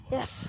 Yes